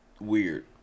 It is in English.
weird